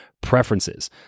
preferences